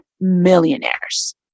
millionaires